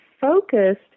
focused